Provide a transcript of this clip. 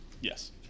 Yes